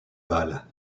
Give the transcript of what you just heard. baal